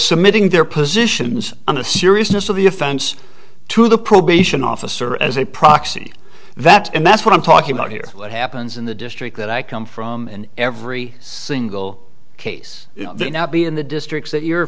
submitting their positions on the seriousness of the offense to the probation officer as a proxy that's and that's what i'm talking about here what happens in the district that i come from and every single case there now be in the districts that you're